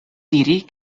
diri